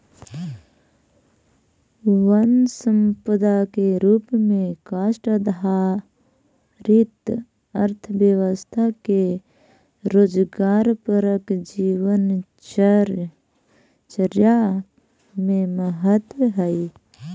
वन सम्पदा के रूप में काष्ठ आधारित अर्थव्यवस्था के रोजगारपरक जीवनचर्या में महत्त्व हइ